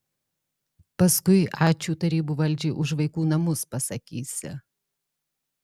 paskui ačiū tarybų valdžiai už vaikų namus pasakysi